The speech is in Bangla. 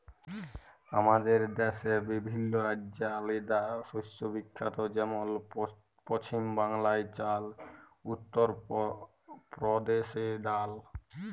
আমাদের দ্যাশে বিভিল্ল্য রাজ্য আলেদা শস্যে বিখ্যাত যেমল পছিম বাংলায় চাল, উত্তর পরদেশে ডাল